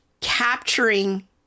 capturing